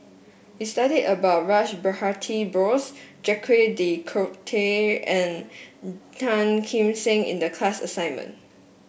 we studied about Rash Behari Bose Jacques De Coutre and Tan Kim Seng in the class assignment